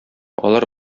алар